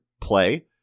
play